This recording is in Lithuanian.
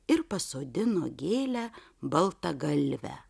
ir pasodino gėlę baltagalvę